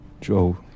Joe